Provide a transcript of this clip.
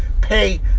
pay